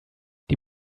die